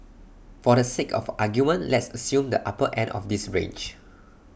for the sake of argument let's assume the upper end of this range